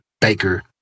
Baker